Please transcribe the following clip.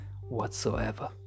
whatsoever